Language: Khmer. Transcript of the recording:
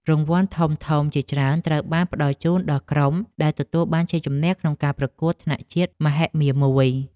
រង្វាន់ធំៗជាច្រើនត្រូវបានផ្តល់ជូនដល់ក្រុមដែលទទួលបានជ័យជំនះក្នុងការប្រកួតថ្នាក់ជាតិមហិមាមួយនេះ។